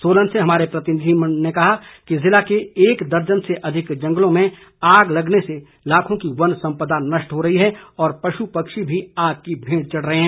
सोलन से हमारे प्रतिनिधि ने बताया है कि जिले के एक दर्जन से अधिक जंगलों में आग लगने से लाखों की वन सम्पदा नष्ट हो रही है और पशु पक्षी भी आग की भेंट चढ़ रहे हैं